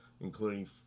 including